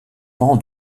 pan